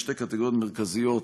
בשתי קטגוריות מרכזיות,